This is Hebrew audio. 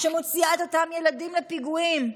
שמוציאה את אותם ילדים לפיגועים.